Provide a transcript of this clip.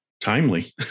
timely